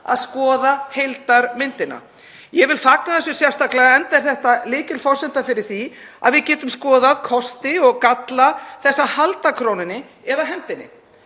að skoða heildarmyndina. Ég vil fagna þessu sérstaklega enda er þetta lykilforsenda fyrir því að við getum skoðað kosti og galla þess að halda krónunni eða henda henni.